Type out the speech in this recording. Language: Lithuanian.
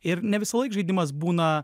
ir ne visąlaik žaidimas būna